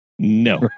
No